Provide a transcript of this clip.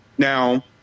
Now